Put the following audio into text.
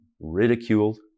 ridiculed